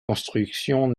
construction